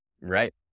Right